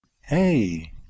Hey